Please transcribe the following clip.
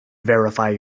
verify